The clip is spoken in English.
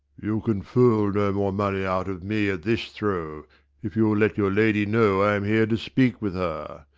you can fool no more money out of me at this throw if you will let your lady know i am here to speak with her,